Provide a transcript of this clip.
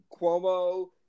Cuomo